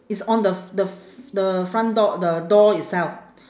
it's on the f~ the f~ the front door the door itself